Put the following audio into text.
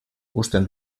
uzten